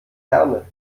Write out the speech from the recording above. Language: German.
herne